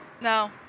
No